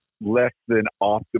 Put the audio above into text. less-than-optimal